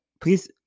please